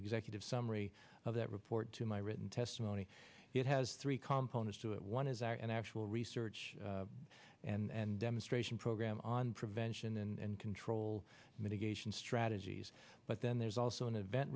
executive summary of that report to my written testimony it has three components to it one is an actual research and demonstration programme on prevention and control mitigation strategies but then there's also an event